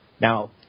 Now